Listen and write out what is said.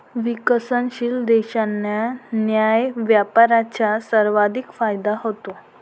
विकसनशील देशांना न्याय्य व्यापाराचा सर्वाधिक फायदा होतो